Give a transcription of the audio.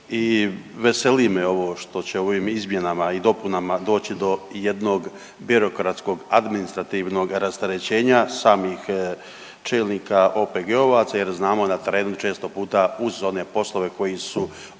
i veseli me ovo što će ovim izmjenama i dopunama doći do jednog birokratskog administrativnog rasterećenja samih čelnika OPG-ovaca jer znamo na terenu često puta uz one poslove koji su